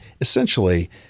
essentially